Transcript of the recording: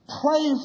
pray